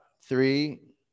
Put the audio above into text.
three